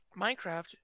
Minecraft